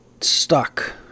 stuck